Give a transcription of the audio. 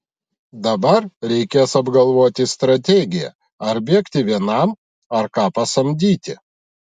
dabar reikės apgalvoti strategiją ar bėgti vienam ar ką pasamdyti